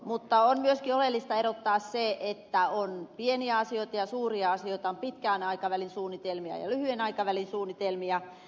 mutta on myöskin oleellista erottaa se että on pieniä asioita ja suuria asioita on pitkän aikavälin suunnitelmia ja lyhyen aikavälin suunnitelmia